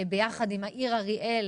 ביחד עם העיר אריאל,